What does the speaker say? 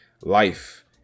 life